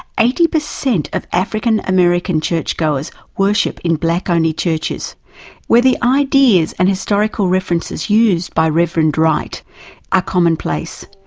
eighty percent of african-american churchgoers worship in black-only churches where the ideas and historical references used by reverend wright are commonplace,